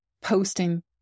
posting